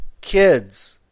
kids